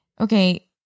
okay